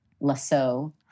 Lasso